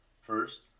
First